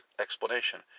explanation